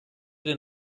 den